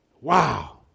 Wow